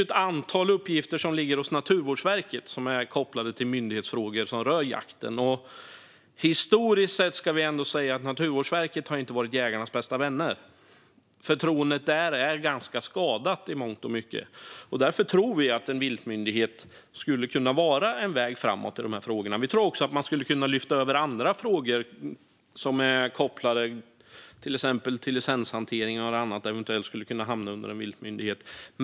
Ett antal uppgifter som rör jakten och är kopplade till myndighetsfrågor ligger nämligen hos Naturvårdsverket. Historiskt sett har Naturvårdsverket inte varit jägarnas bästa vän. Det förtroendet är i mångt och mycket ganska skadat. Därför tror vi att en viltmyndighet skulle kunna vara en väg framåt i de frågorna. Vi tror också att man skulle kunna lyfta över andra frågor, till exempel licenshantering och annat som skulle kunna hamna under en viltmyndighet.